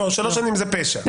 שלוש שנים זה לפשע.